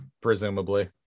Presumably